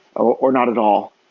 or or not at all.